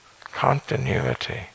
continuity